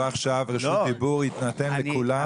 רשות דיבור תינתן לכולם.